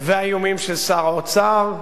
האיומים של האוצר,